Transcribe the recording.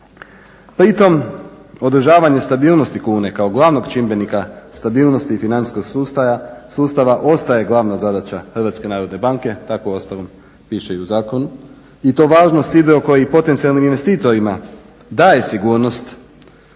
Pritom održavanje stabilnosti kune kao glavnog čimbenika stabilnosti i financijskog sustava ostaje glavna zadaća Hrvatske narodne banke. Tako uostalom piše i u zakonu i to važnost …/Govornik se ne razumije./… investitorima daje sigurnost.